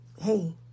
hey